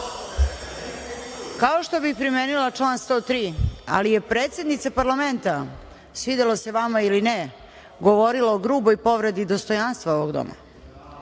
kao što bih primenila član 103. ali je predsednica Parlamenta, svidelo se vama ili ne, govorila o gruboj povredi i dostojanstvu ovog doma.